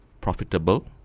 profitable